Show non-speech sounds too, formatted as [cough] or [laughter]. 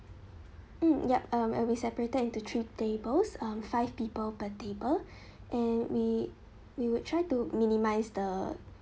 mm yup um and will be separated into three tables um five people per table [breath] and we we would try to minimise the